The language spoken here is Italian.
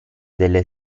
delle